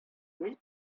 түгел